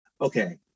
okay